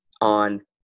on –